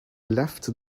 left